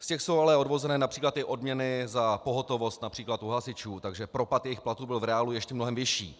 Z těch jsou ale odvozené například i odměny pro pohotovost například u hasičů, takže propad jejich platů byl v reálu ještě mnohem vyšší.